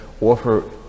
offer